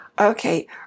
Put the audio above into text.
Okay